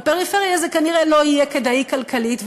בפריפריה זה כנראה לא יהיה כדאי כלכלית,